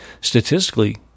statistically